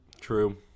true